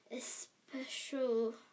special